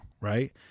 right